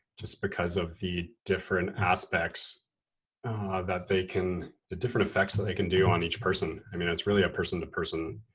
just because of the different aspects that they can, the different effects that they can do on each person. i mean, that's really a person to person